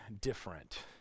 different